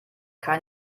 kein